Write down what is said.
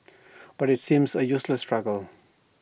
but IT seems A useless struggle